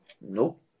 Nope